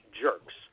jerks